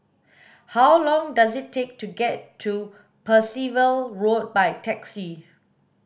how long does it take to get to Percival Road by taxi